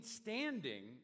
standing